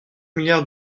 milliards